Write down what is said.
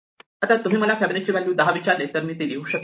आता तुम्ही मला फिबोनाची 10 व्हॅल्यू विचारले तर मी ती लिहू शकेल